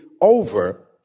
over